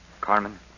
Carmen